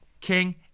King